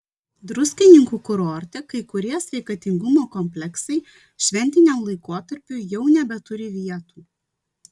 druskininkų kurorte kai kurie sveikatingumo kompleksai šventiniam laikotarpiui jau nebeturi vietų